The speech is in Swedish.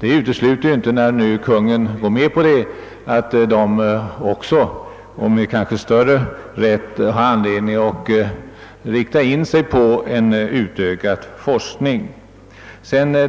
det utesluter ju inte att man — när nu Kungl, Maj:t går med på det — också och HBanske med större rätt har anledning att inrikta sig på en utökad forskning.